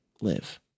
live